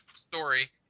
story